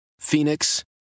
Phoenix